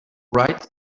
write